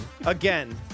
again